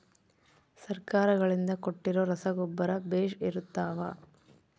ಸರ್ಕಾರಗಳಿಂದ ಕೊಟ್ಟಿರೊ ರಸಗೊಬ್ಬರ ಬೇಷ್ ಇರುತ್ತವಾ?